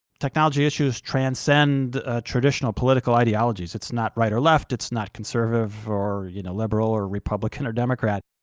technology issues transcend traditional political ideologies. it's not right or left, it's not conservative or, you know, liberal or republican or democrat.